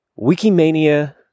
Wikimania